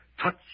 touch